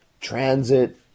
Transit